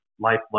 life